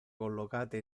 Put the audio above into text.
collocate